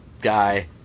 guy